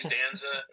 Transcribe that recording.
Danza